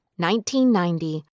1990